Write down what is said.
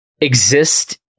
exist